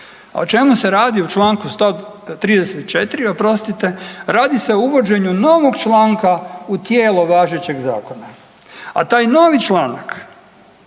O čemu se radi u članku 134. oprostite, radi se o uvođenju novog članka u tijelo važećeg Zakona, a taj novi članak